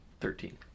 Thirteen